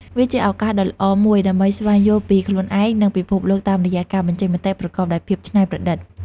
វាជាឱកាសដ៏ល្អមួយដើម្បីស្វែងយល់ពីខ្លួនឯង និងពិភពលោកតាមរយៈការបញ្ចេញមតិប្រកបដោយភាពច្នៃប្រឌិត។